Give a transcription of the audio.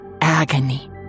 agony